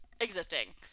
existing